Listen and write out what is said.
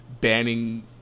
banning